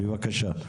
בבקשה.